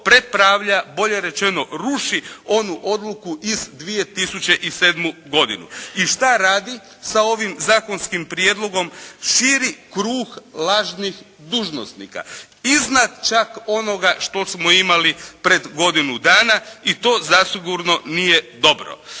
bolje rečeno ruši onu odluku iz 2007. godine. I šta radi sa ovim zakonskim prijedlogom? Širi krug lažnih dužnosnika iznad čak onoga što smo imali pred godinu dana. I to zasigurno nije dobro.